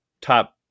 top